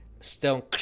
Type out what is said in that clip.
stone